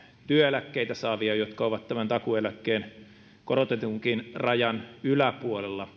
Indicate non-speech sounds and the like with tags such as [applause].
työeläkkeitä saavia jotka ovat tämän korotetunkin takuueläkkeen rajan yläpuolella [unintelligible]